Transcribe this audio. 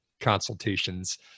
consultations